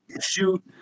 shoot